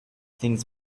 things